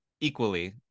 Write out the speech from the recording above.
Equally